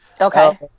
Okay